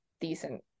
decent